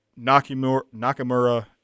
Nakamura